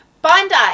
Bondi